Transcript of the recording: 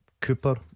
Cooper